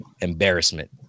embarrassment